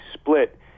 split